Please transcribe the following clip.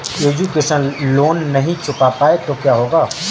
Education loan नहीं चुका पाए तो क्या होगा?